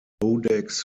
codex